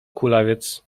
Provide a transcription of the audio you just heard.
kulawiec